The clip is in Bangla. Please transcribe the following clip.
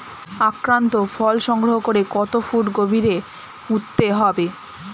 আক্রান্ত ফল সংগ্রহ করে কত ফুট গভীরে পুঁততে হবে?